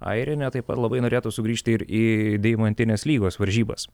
airinė taip pat labai norėtų sugrįžti ir į deimantinės lygos varžybas